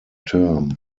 term